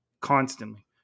constantly